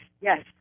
yes